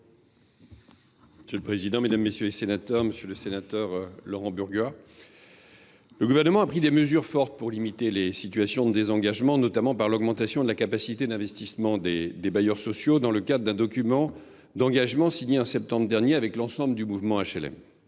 sociaux ? La parole est à M. le ministre délégué. Monsieur le sénateur Laurent Burgoa, le Gouvernement a pris des mesures fortes pour limiter les situations de désengagement. Il a notamment augmenté la capacité d’investissement des bailleurs sociaux dans le cadre d’un document d’engagement signé en septembre dernier avec l’ensemble du mouvement HLM.